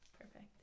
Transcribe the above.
Perfect